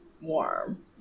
Warm